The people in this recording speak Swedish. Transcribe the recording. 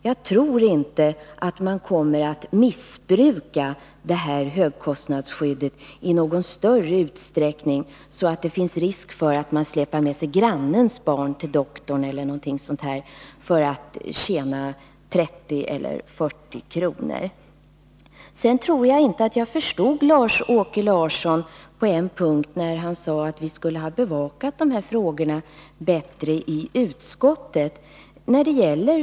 Jag tror inte att man kommer att missbruka detta högkostnadsskydd i någon större utsträckning, så att det finns risk för att man t.ex. släpar med sig grannens barn till doktorn för att tjäna 30 eller 40 kr. På en punkt förstod jag inte Lars-Åke Larsson, och det var när han sade att vi i utskottet skulle ha bevakat dessa frågor bättre.